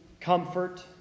comfort